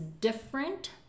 different